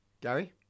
Gary